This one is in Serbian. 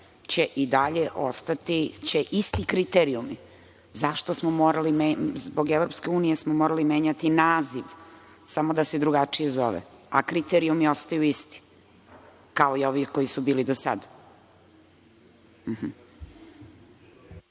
će i dalje ostati, isti kriterijumi. Zašto smo morali, zbog EU smo morali menjati naziv, samo da se drugačije zove, a kriterijumi ostaju isti kao i ovi koji su bili do sada?